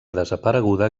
desapareguda